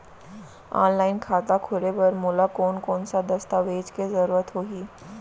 Online खाता खोले बर मोला कोन कोन स दस्तावेज के जरूरत होही?